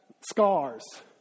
scars